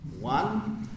One